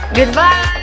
goodbye